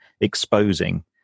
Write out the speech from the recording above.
exposing